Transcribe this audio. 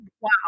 Wow